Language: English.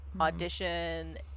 Audition